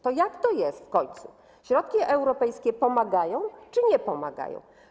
To jak to jest w końcu: środki europejskie pomagają, czy nie pomagają?